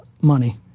money